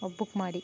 book ಮಾಡಿ